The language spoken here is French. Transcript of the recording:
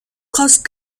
cross